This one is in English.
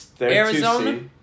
Arizona